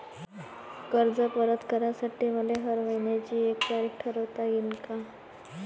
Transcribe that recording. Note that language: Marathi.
कर्ज परत करासाठी मले हर मइन्याची एक तारीख ठरुता येईन का?